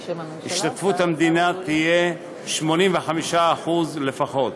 השתתפות המדינה תהיה 85% לפחות,